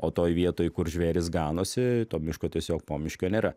o toj vietoj kur žvėrys ganosi to miško tiesiog pomiškio nėra